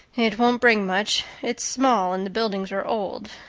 it won't bring much it's small and the buildings are old.